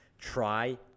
try